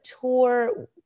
tour